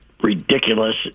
ridiculous